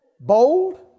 Bold